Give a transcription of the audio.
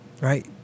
right